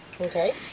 Okay